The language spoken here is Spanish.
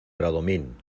bradomín